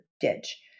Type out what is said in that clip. ditch